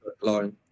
line